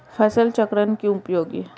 फसल चक्रण क्यों उपयोगी है?